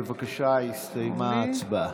בבקשה, הסתיימה ההצבעה.